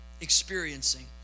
experiencing